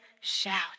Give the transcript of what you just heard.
shout